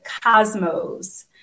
cosmos